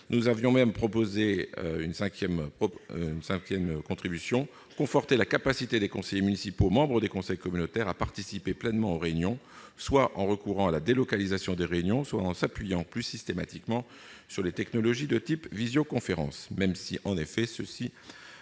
Nous avions même proposé, avec la recommandation n° 5, de conforter la capacité des conseillers municipaux membres des conseils communautaires à participer pleinement aux réunions, soit en recourant à la délocalisation des réunions, soit en s'appuyant plus systématiquement sur les technologies de type visioconférence, même si cela requiert un certain